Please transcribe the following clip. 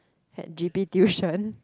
had g_p tuition